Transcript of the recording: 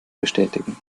bestätigen